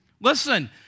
Listen